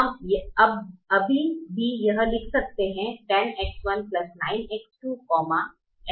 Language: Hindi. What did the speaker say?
हम अभी भी यह लिख सकते है 10X19X2 X1 और X2 अभी शून्य पर हैं